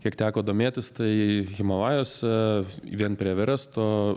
kiek teko domėtis tai himalajuose vien prie everesto